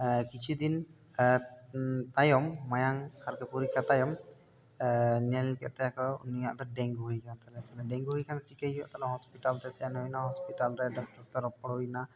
ᱠᱤᱪᱷᱤ ᱫᱤᱱ ᱛᱟᱭᱚᱢ ᱢᱟᱭᱟᱝ ᱠᱷᱟᱰᱭᱚ ᱯᱚᱨᱤᱠᱷᱟ ᱛᱟᱭᱚᱢ ᱧᱮᱞ ᱠᱮᱫ ᱛᱟᱭᱟ ᱠᱚ ᱱᱩᱭᱟᱜ ᱫᱚ ᱰᱮᱝᱜᱩ ᱦᱩᱭ ᱟᱠᱟᱱ ᱛᱟᱭᱟ ᱰᱮᱝᱜᱩ ᱦᱩᱭ ᱟᱠᱟᱱ ᱠᱷᱟᱱ ᱪᱤᱠᱟ ᱦᱩᱭᱩᱜᱼᱟ ᱛᱟᱦᱚᱞᱮ ᱦᱚᱥᱯᱤᱴᱟᱹᱞ ᱛᱮ ᱥᱮᱱ ᱦᱩᱭ ᱮᱱᱟ ᱦᱚᱥᱯᱤᱴᱟᱹᱞ ᱨᱮ ᱰᱟᱠᱛᱟᱨ ᱥᱟᱶ ᱛᱮ ᱨᱚᱯᱚᱲ ᱦᱩᱭ ᱮᱱᱟ